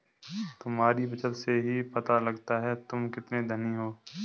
तुम्हारी बचत से ही पता लगता है तुम कितने धनी हो